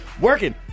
working